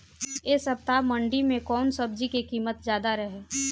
एह सप्ताह मंडी में कउन सब्जी के कीमत ज्यादा रहे?